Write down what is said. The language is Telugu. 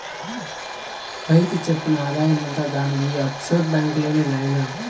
పైకి చెప్పని ఆదాయమంతా దానిది ఈ ఆఫ్షోర్ బాంక్ లోనే నాయినా